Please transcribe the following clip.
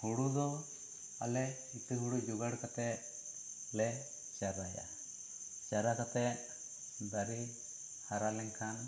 ᱦᱩᱲᱩ ᱫᱚ ᱟᱞᱮ ᱤᱛᱟᱹ ᱦᱩᱲᱩ ᱡᱚᱜᱟᱲ ᱠᱟᱛᱮᱫ ᱞᱮ ᱪᱟᱨᱟᱭᱟ ᱪᱟᱨᱟ ᱠᱟᱛᱮᱫ ᱫᱟᱨᱮ ᱦᱟᱨᱟ ᱞᱮᱱ ᱠᱷᱟᱱ